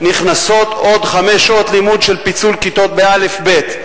נכנסות עוד חמש שעות לימוד של פיצול כיתות בא' ב',